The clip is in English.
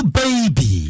baby